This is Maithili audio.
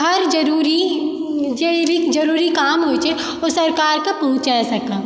हर जरूरी जे भी जरूरी काम होइ छै ओ सरकार के पहुँचा सकए